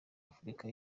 afurika